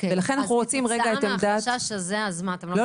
כתוצאה מהחשש הזה אתם לא --- לא,